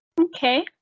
Okay